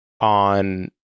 on